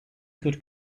could